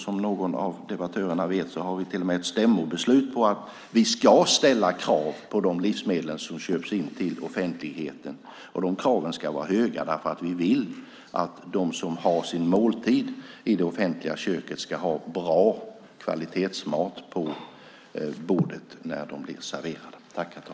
Som en av debattörerna vet har vi i Centerpartiet till och med ett stämmobeslut på att man ska ställa krav på de livsmedel som köps in till det offentliga. Kraven ska vara höga eftersom vi vill att de som har sin måltid i det offentliga köket ska ha bra kvalitetsmat på bordet när de blir serverade.